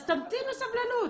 אז תמתין בסבלנות.